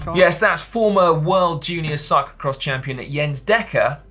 yes that's former world junior cyclocross champion jens dekker,